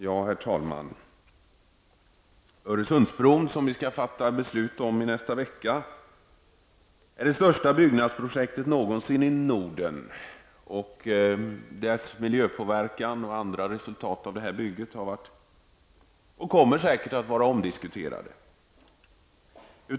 Herr talman! Öresundsbron, som vi skall fatta beslut om nästa vecka, är det största byggnadsprojektet någonsin i Norden. Projektets miljöpåverkan och andra resultat av detta bygge har varit -- och kommer säkert att vara -- föremål för diskussion.